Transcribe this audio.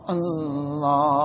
Allah